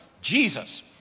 Jesus